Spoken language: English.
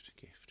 gift